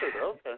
Okay